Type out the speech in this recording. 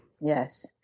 Yes